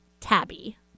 Tabby